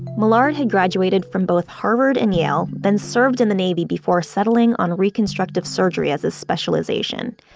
millard had graduated from both harvard and yale, then served in the navy before settling on reconstructive surgery as his specialization.